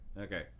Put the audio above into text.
Okay